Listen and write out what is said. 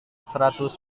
seratus